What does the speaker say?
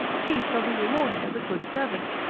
he shall be rewarded as a good servant,